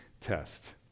test